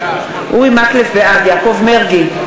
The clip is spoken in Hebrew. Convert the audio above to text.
בעד יעקב מרגי,